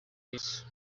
isso